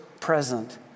present